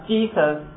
Jesus